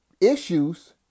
Issues